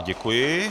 Děkuji.